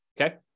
Okay